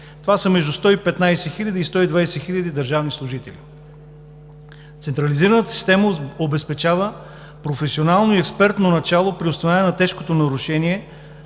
това са между 115 хиляди и 120 хиляди държавни служители. Централизираната система обезпечава професионално и експертно начало при установяване на тежкото нарушение